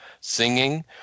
singing